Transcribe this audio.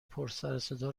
پرسرصدا